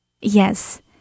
Yes